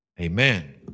amen